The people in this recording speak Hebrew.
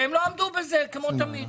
והם לא עמדו בזה, כמו תמיד,